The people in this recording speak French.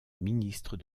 ministre